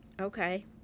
Okay